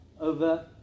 over